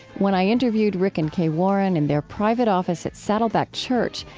when i interviewed rick and kay warren in their private office at saddleback church,